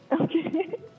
Okay